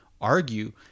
argue